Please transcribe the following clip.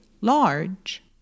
Large